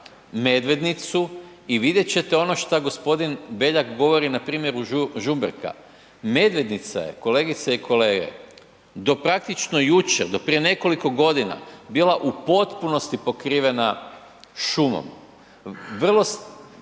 Medvednicu i vidjet ćete ono šta g. Beljak govori na primjeru Žumberka. Medvednica je kolegice i kolege, do praktično jučer, do prije nekoliko godina bila u potpunosti pokrivena šumom, iz